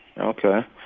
Okay